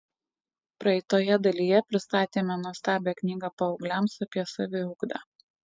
praeitoje dalyje pristatėme nuostabią knygą paaugliams apie saviugdą